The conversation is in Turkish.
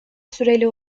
süreli